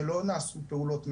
ולא נעשו פעולות מעבר.